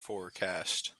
forecast